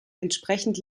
entsprechend